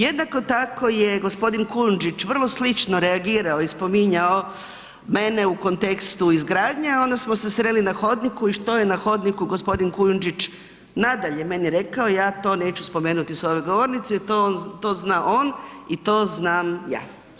Jednako tako je gospodin Kujundžić vrlo slično reagirao i spominjao mene u kontekstu izgradnje, a onda smo se sreli na hodniku i što je na hodniku gospodin Kujundžić nadalje meni rekao, ja to neću spomenuti s ove govornice, to zna on i to znam ja.